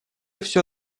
все